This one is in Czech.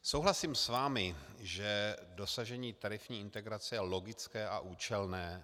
Souhlasím s vámi, že dosažení tarifní integrace je logické a účelné.